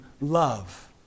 love